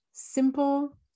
simple